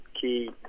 key